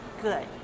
good